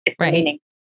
Right